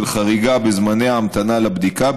של חריגה בזמני ההמתנה לבדיקה,